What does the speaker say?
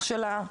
אח שלה,